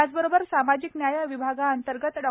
याचबरोबर सामाजिक न्याय विभागांतर्गत डॉ